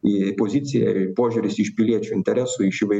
į poziciją požiūris iš piliečių interesų iš įvairių geologinių